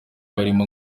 barimo